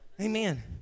Amen